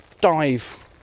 dive